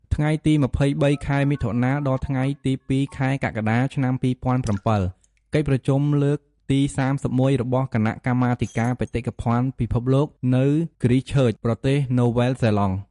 ថ្ងៃទី២៣ ខែមិថុនា ដល់ថ្ងៃទី០២ ខែកក្កដា ឆ្នាំ២០០៧ កិច្ចប្រជុំលើកទី៣១ របស់គណៈកម្មាធិការបេតិកភណ្ឌពិភពលោក នៅហ្គ្រីសឆឺច (Christchuech) ប្រទេសណូវែលហ្សេឡង់។